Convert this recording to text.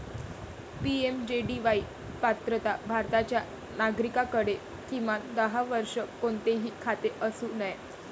PMJDY पात्रता भारताच्या नागरिकाकडे, किमान दहा वर्षे, कोणतेही खाते असू नये